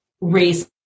race